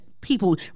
people